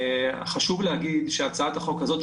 חשוב להגיד שהצעת החוק הזאת,